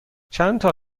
چندتا